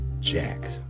Jack